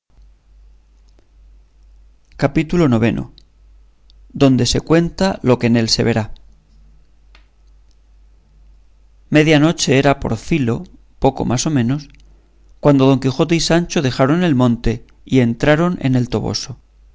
capítulo ix donde se cuenta lo que en él se verá media noche era por filo poco más a menos cuando don quijote y sancho dejaron el monte y entraron en el toboso